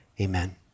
amen